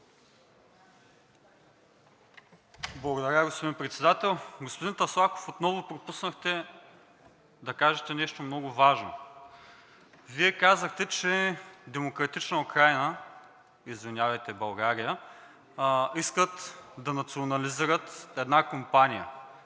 Благодаря, господин Председател. Господин Таслаков, отново пропуснахте да кажете нещо много важно. Вие казахте, че в демократична Украйна, извинявайте, България искат да национализират една компания.